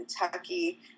Kentucky